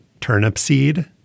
Turnipseed